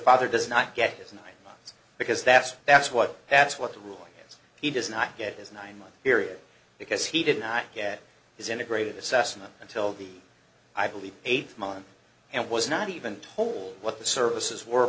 father does not get his nine months because that's what that's what that's what the rule is he does not get his nine month period because he did not get his integrated assessment until the i believe eight months and was not even told what the services w